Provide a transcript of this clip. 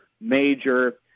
major